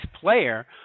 player